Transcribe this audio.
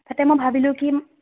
তাতে মই ভাবিলোঁ কি